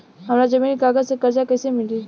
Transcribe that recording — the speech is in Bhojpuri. हमरा जमीन के कागज से कर्जा कैसे मिली?